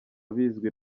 bizwi